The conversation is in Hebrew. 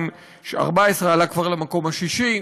ב-2014 הוא עלה כבר למקום השישי.